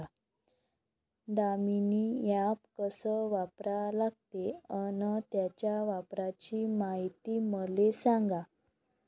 Damini app कस वापरा लागते? अन त्याच्या वापराची मायती मले सांगा